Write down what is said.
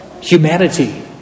humanity